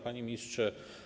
Panie Ministrze!